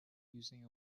using